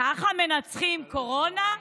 ככה מנצחים קורונה?